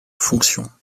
fonctions